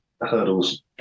hurdles